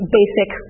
basic